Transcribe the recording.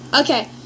Okay